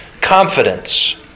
confidence